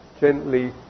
gently